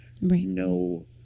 no